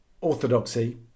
orthodoxy